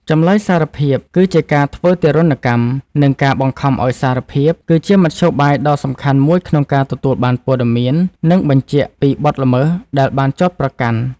ចម្លើយសារភាពគឺជា ការធ្វើទារុណកម្ម និងការបង្ខំឱ្យសារភាព គឺជាមធ្យោបាយដ៏សំខាន់មួយក្នុងការទទួលបានព័ត៌មាន និង "បញ្ជាក់" ពីបទល្មើសដែលបានចោទប្រកាន់។